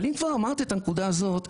אבל אם כבר אמרת את הנקודה הזאת.